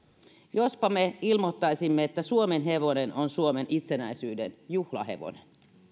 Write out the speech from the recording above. jospa me ilmoittaisimme että suomenhevonen on suomen itsenäisyyden juhlahevonen